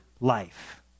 life